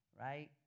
right